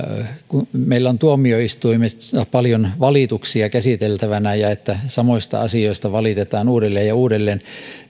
meillä on tuomioistuimissa paljon valituksia käsiteltävänä ja että samoista asioista valitetaan uudelleen ja uudelleen